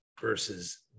versus